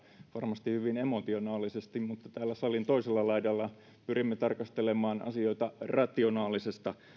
varmasti hyvin emotionaalisesti mutta täällä salin toisella laidalla pyrimme tarkastelemaan asioita rationaalisesta